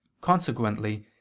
Consequently